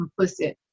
complicit